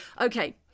Okay